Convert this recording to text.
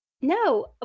No